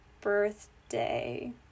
birthday